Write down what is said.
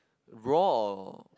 grow or